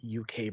UK